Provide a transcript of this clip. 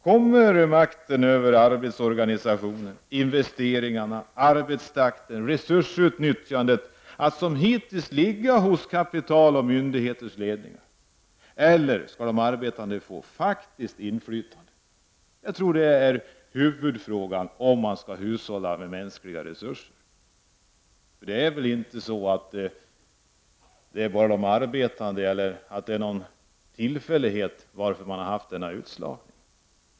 Kommer makten över arbetsorganisationer, investeringarna, arbetstakten, resursutnyttjandet att som hittills ligga hos kapitalet och myndigheterna eller skall de arbetande få faktiskt inflytande? Jag tror att detta är huvudfrågan om man skall hushålla med mänskliga resurser. Det är väl inte bara en tillfällighet att vi har haft denna utslagning.